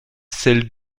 celle